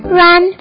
run